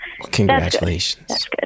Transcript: congratulations